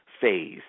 phase